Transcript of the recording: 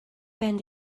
ben